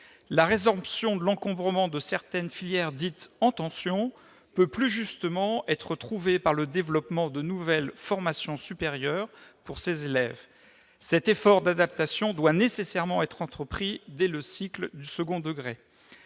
La résorption de l'encombrement de certaines filières dites « en tension » peut plus justement être trouvée dans le développement de nouvelles formations supérieures pour ces élèves. Cet effort d'adaptation doit nécessairement être entrepris dès le cycle du second degré.